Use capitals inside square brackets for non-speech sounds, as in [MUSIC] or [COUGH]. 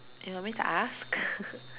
you want me to ask [LAUGHS]